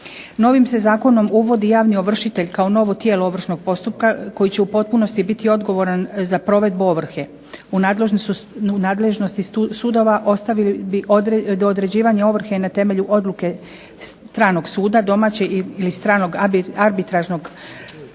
Novim se zakonom uvodi javni ovršitelj kao novo tijelo ovršnog postupka koji će u potpunosti biti odgovoran za provedbu ovrhe. U nadležnosti sudova ostavili bi do određivanja ovrhe na temelju odluke stranog suda, domaćeg ili stranog arbitražnog